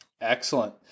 Excellent